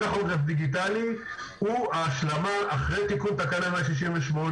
טכוגרף דיגיטלי הוא ההשלמה אחרי תיקון תקנה 168,